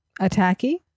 attacky